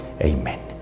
Amen